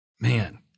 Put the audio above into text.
Man